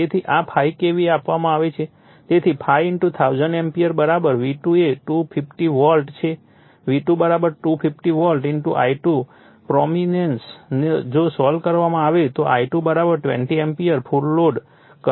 તેથી આ 5 KVA આપવામાં આવે છે તેથી 5 1000 એમ્પીયર V2 એ 250 વોલ્ટ છે V2 250 વોલ્ટ I2 પ્રોમિનેન્સ જો સોલ્વ કરવામાં આવે તો I2 20 ampere full load current મળશે